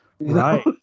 right